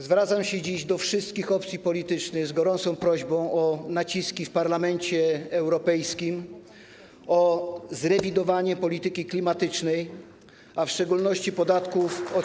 Zwracam się dziś do wszystkich opcji politycznych z gorącą prośbą o naciski w Parlamencie Europejskim o zrewidowanie polityki klimatycznej, a w szczególności podatków od